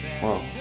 Whoa